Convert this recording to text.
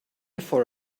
for